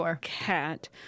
cat